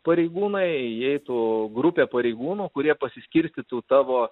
pareigūnai įeitų grupė pareigūnų kurie pasiskirstytų tavo